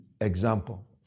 example